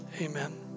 amen